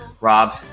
rob